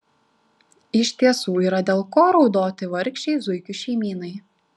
iš tiesų yra dėl ko raudoti vargšei zuikių šeimynai